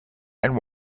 and